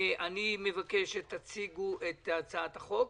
אני מבקש שתציגו את הצעת החוק,